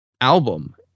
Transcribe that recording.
album